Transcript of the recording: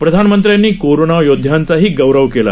प्रधान मंत्र्यांनी कोरोना योद्धांचाही गौरव केला